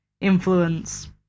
influence